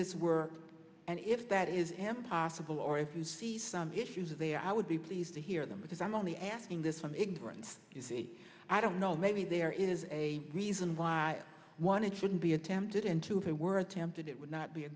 this work and if that is impossible or if you see some issues there i would be pleased to hear them because i'm only asking this from ignorance you see i don't know maybe there is a reason why one it shouldn't be attempted in two they were attempted it would not be a